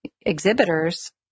exhibitors